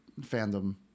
fandom